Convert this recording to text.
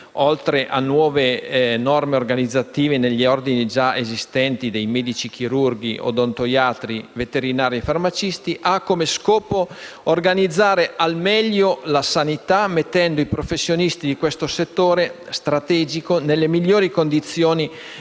oltre alle nuove norme organizzative per gli ordini già esistenti dei medici chirurghi, degli odontoiatri, dei veterinari e dei farmacisti, hanno come scopo quello di organizzare al meglio la sanità, mettendo i professionisti di questo settore strategico nelle migliori condizioni per